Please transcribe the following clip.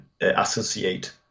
associate